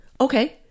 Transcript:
Okay